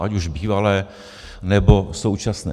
Ať už bývalé, nebo současné.